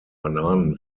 bananen